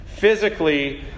Physically